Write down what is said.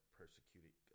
persecuted